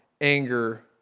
anger